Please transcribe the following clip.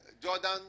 Jordan